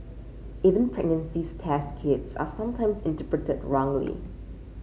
even pregnancy test kits are sometimes interpreted wrongly